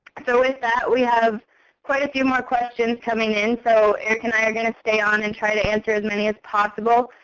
so with that, we have quite a few more questions coming in. so eric and i are going to stay on and try to answer as many as possible.